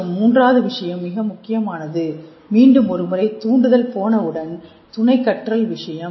மற்றும் மூன்றாவது விஷயம் மிக முக்கியமானது மீண்டும் ஒருமுறை தூண்டுதல் போனவுடன் துணை கற்றல் விஷயம்